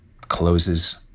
closes